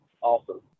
awesome